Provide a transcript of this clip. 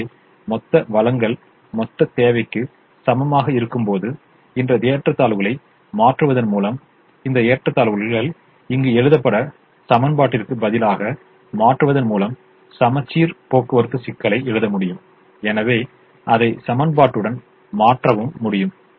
எனவே மொத்த வழங்கல் மொத்த தேவைக்கு சமமாக இருக்கும்போது இந்த ஏற்றத்தாழ்வுகளை மாற்றுவதன் மூலம் இந்த ஏற்றத்தாழ்வுகளை இங்கு எழுதப்பட்ட சமன்பாட்டிற்கு பதிலாக மாற்றுவதன் மூலம் சமச்சீர் போக்குவரத்து சிக்கலை எழுத முடியும் எனவே அதை சமன்பாட்டுடன் மாற்றவும் முடியும்